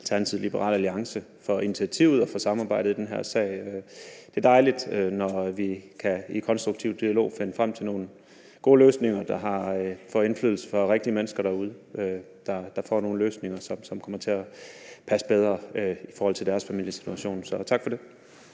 og Liberal Alliance for initiativet og for samarbejdet i den her sag. Det er dejligt, når vi i en konstruktiv dialog kan finde frem til nogle gode løsninger, der har stor indflydelse på rigtige mennesker derude, der får nogle løsninger, som kommer til at passe bedre i forhold til deres familiesituation. Så tak for det.